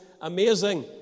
amazing